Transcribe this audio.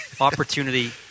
Opportunity